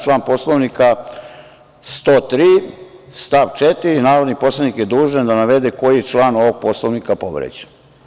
Član Poslovnika 103. stav 4 – narodni poslanik je dužan da navede koji član ovog Poslovnika je povređen.